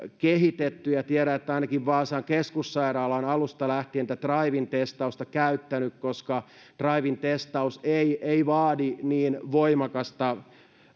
kehitetty tiedän että ainakin vaasan keskussairaala on alusta lähtien tätä drive in testausta käyttänyt koska drive in testaus ei ei vaadi niin voimakasta